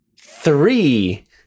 Three